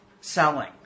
selling